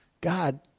God